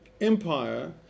empire